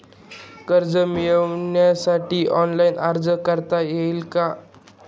कर्ज मिळविण्यासाठी ऑनलाइन अर्ज करता येईल का?